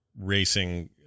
racing